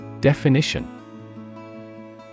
Definition